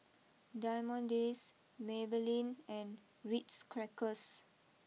Diamond Days Maybelline and Ritz Crackers